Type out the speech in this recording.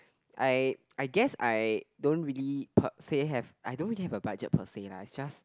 I I guess I don't really per say have I don't really have a budget per say lah it's just